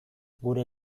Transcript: gure